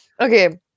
Okay